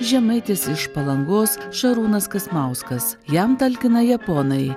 žemaitis iš palangos šarūnas kasmauskas jam talkina japonai